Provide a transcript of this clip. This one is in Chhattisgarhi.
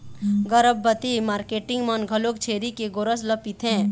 गरभबती मारकेटिंग मन घलोक छेरी के गोरस ल पिथें